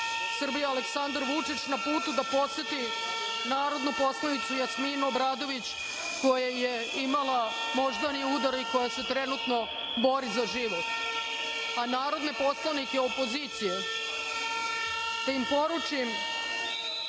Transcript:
Srbije Aleksandar Vučić na putu da poseti narodnu poslanicu Jasminu Obradović, koja je imala moždani udar i koja se trenutno bori za život. A narodne poslanike opozicije, da njima poručim,